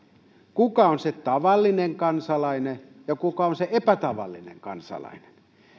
kuka on se tavallinen kansalainen ja kuka on se epätavallinen kansalainen